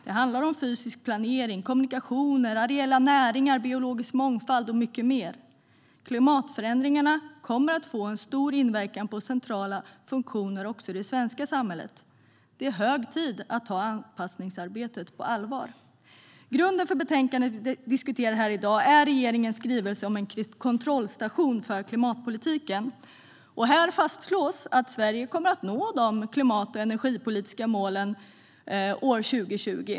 Det handlar om fysisk planering, kommunikationer, areella näringar, biologisk mångfald och mycket mer. Klimatförändringarna kommer att få en stor inverkan på centrala funktioner också i det svenska samhället. Det är hög tid att ta anpassningsarbetet på allvar. Grunden för det betänkande vi diskuterar i dag är regeringens skrivelse om en kontrollstation för klimatpolitiken. Här fastslås att Sverige kommer att nå de klimat och energipolitiska målen år 2020.